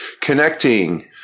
connecting